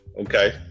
okay